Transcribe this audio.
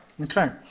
Okay